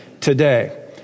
today